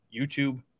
youtube